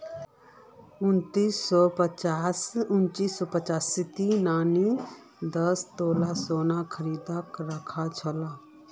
उन्नीस सौ पचासीत नानी दस तोला सोना खरीदे राखिल छिले